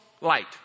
light